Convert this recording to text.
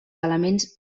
elements